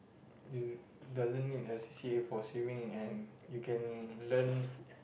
you doesn't need a c_c_a for swimming and you can learn